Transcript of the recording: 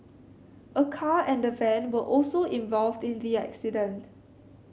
a car and a van were also involved in the accident